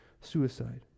suicide